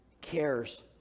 cares